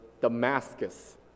Damascus